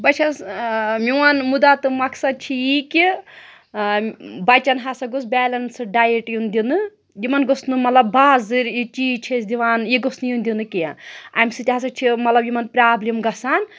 بہٕ چھَس میون مُدعا تہٕ مقصد چھِ یی کہِ بَچَن ہَسا گوٚژھ بیلَنسٕڈ ڈایٹ یُن دِنہٕ یِمَن گوٚژھ نہٕ مطلب بازٕرۍ یہِ چیٖز چھِ أسۍ دِوان یہِ گوٚژھ نہٕ یُن دِنہٕ کینٛہہ اَمہِ سۭتۍ ہَسا چھِ مطلب یِمَن پرٛابلِم گژھان